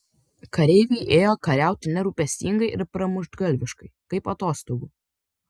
kareiviai ėjo kariauti nerūpestingai ir pramuštgalviškai kaip atostogų